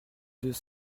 deux